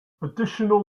additional